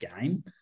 game